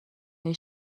های